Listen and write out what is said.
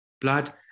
blood